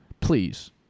please